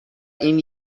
این